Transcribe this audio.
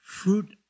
fruit